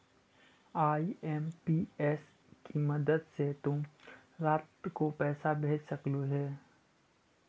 IMPS की मदद से तु रात को पैसे भेज सकलू हे